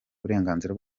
uburenganzira